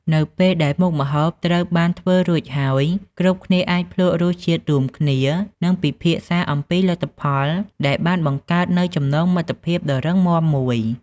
នៅពេលដែលមុខម្ហូបត្រូវបានធ្វើរួចហើយ គ្រប់គ្នាអាច ភ្លក្សរសជាតិរួមគ្នា និងពិភាក្សាអំពីលទ្ធផល ដែលបានបង្កើតនូវចំណងមិត្តភាពដ៏រឹងមាំមួយ។